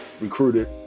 recruited